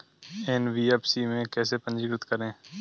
NBFC में कैसे पंजीकृत करें?